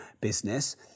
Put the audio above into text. business